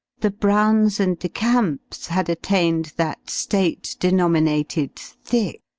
the browns and de camps had attained that state denominated thick